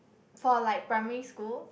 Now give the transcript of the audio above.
for like primary school